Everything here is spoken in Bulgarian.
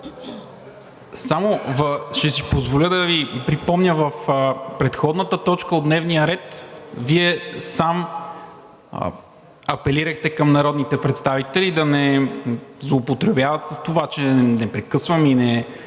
Аталай. Ще си позволя да Ви припомня: в предходната точка от дневния ред Вие сам апелирахте към народните представители да не злоупотребяват с това, че не ги прекъсвам и не